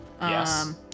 Yes